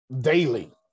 daily